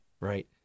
Right